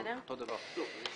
אותו דבר.